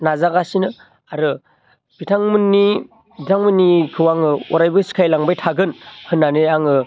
नाजागासिनो आरो बिथांमोननि बिथांमोननिखौ आङो अरायबो सिखायलांबाय थागोन होनानै आङो